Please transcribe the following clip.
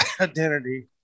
identity